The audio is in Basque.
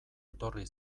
etorri